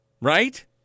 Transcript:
right